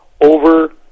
over